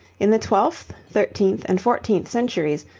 in the twelfth, thirteenth, and fourteenth centuries,